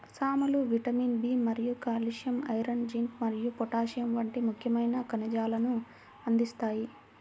సామలు vitamin B మరియు calcium, iron, zinc మరియు పొటాషియం వంటి ముఖ్యమైన ఖనిజాలను అందిస్తాయి